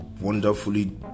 wonderfully